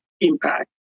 impact